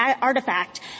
artifact